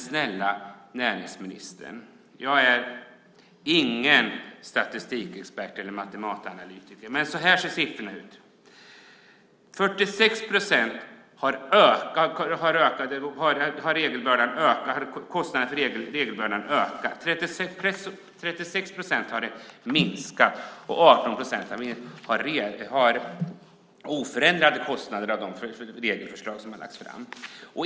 Snälla näringsministern, jag är ingen statistikexpert eller matematikanalytiker, men så här ser det siffermässigt ut: För 46 procent har kostnaderna för regelbördan ökat. För 36 procent har kostnaderna för regelbördan minskat. För 18 procent är det oförändrade kostnader efter de regelförslag som lagts fram.